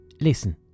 listen